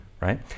right